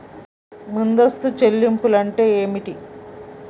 ముందస్తు చెల్లింపులు అంటే ఏమిటి?